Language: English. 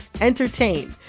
entertain